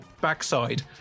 backside